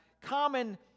common